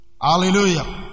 Hallelujah